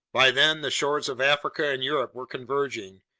by then the shores of africa and europe were converging,